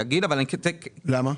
למה?